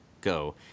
go